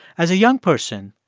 as a young person,